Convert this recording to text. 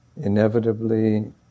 inevitably